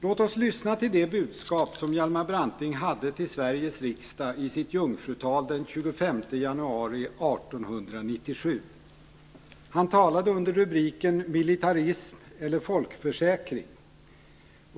Låt oss lyssna till det budskap som Hjalmar Branting hade till Sveriges riksdag i sitt jungfrutal den 25 januari 1897. Han talade under rubriken Militarism eller folkförsäkring.